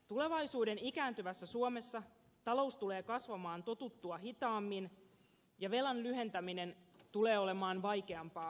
tulevaisuuden ikääntyvässä suomessa talous tulee kasvamaan totuttua hitaammin ja velan lyhentäminen tulee olemaan vaikeampaa kuin aikaisemmin